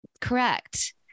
Correct